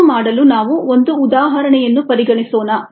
ಅದನ್ನು ಮಾಡಲು ನಾವು ಒಂದು ಉದಾಹರಣೆಯನ್ನು ಪರಿಗಣಿಸೋಣ